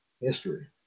history